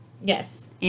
Yes